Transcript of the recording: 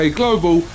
global